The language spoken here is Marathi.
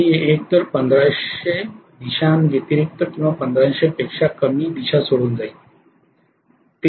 मी एकतर १५०० दिशां व्यतिरिक्त किंवा १५०० पेक्षा कमी दिशा सोडून जाईन